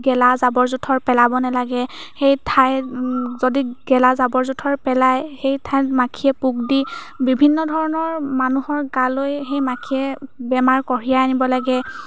গেলা জাবৰ জোথৰ পেলাব নেলাগে সেই ঠাই যদি গেলা জাবৰ জোথৰ পেলায় সেই ঠাইত মাখিয়ে পোক দি বিভিন্ন ধৰণৰ মানুহৰ গালৈ সেই মাখিয়ে বেমাৰ কঢ়িয়াই আনিব লাগে